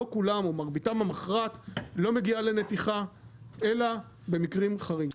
לא כולם או מרביתם המכרעת לא מגיע לנתיחה אלא במקרים חריגים.